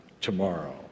tomorrow